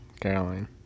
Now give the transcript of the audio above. Caroline